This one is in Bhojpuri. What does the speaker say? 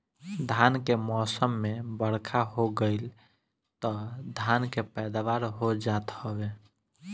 धान के मौसम में बरखा हो गईल तअ धान के पैदावार हो जात हवे